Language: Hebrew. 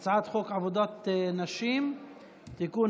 הצעת חוק עבודת נשים (תיקון,